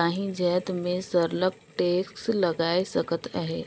काहीं जाएत में सरलग टेक्स लगाए सकत अहे